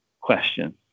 question